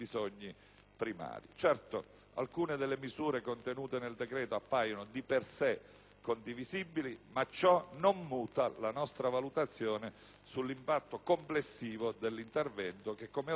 Certo, alcune delle misure contenute nel decreto appaiono di per sé condivisibili, ma ciò non muta la nostra valutazione sull'impatto complessivo dell'intervento, che - come ho detto - non